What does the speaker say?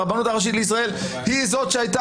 הרבנות הראשית לישראל היא זאת שהייתה